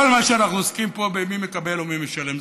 כל מה שאנחנו עוסקים פה זה במי מקבל ומי משלם.